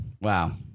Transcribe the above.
Wow